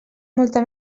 molta